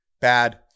bad